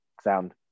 sound